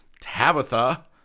Tabitha